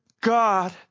God